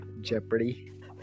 Jeopardy